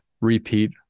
repeat